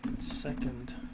second